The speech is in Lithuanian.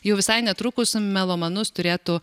jau visai netrukus melomanus turėtų